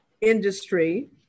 industry